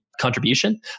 contribution